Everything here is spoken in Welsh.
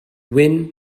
wyn